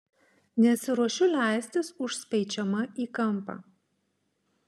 nesiruošiu leistis užspeičiama į kampą